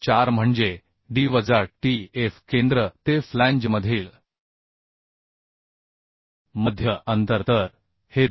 4 म्हणजे d वजा tf केंद्र ते फ्लॅंजमधील मध्य अंतर तर हे 290